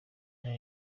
hari